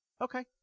Okay